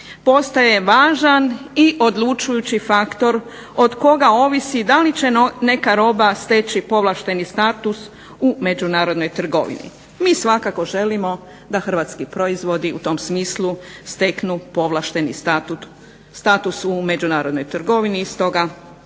postaje važan i odlučujući faktor od koga ovisi da li će neka roba steći povlašteni status u međunarodnoj trgovini. Mi svakako želimo da hrvatski proizvodi u tom smislu steknu povlašteni status u međunarodnoj trgovini i stoga ćemo